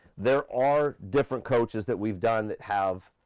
there are different coaches that we've done that have,